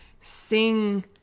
sing